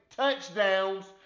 touchdowns